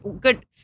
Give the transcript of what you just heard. good